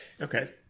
Okay